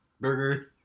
burger